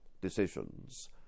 decisions